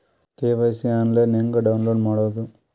KYC online ಹೆಂಗ್ download ಮಾಡೋದು?